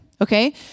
Okay